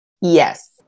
yes